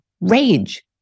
rage